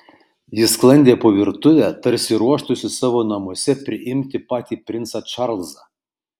ji sklandė po virtuvę tarsi ruoštųsi savo namuose priimti patį princą čarlzą